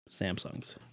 Samsungs